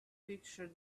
picture